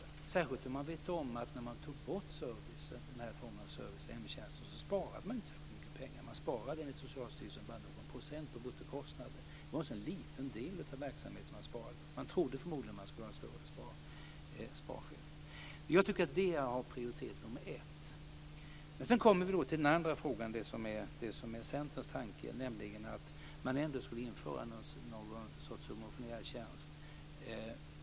Det gäller särskilt om man vet om att när man tog bort den här formen av service i hemtjänsten sparade man inte särskilt mycket pengar. Man sparade enligt Socialstyrelsen bara någon procent på bruttokostnaden. Det var alltså en liten del av verksamheten man sparade på, men man trodde förmodligen att man skulle få större spareffekt. Jag tycker att det har prioritet nummer ett. Sedan kommer vi till den andra frågan, som är Centerns tanke, nämligen att man skulle införa någon sorts subventionerad tjänst.